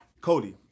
Cody